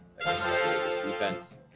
Defense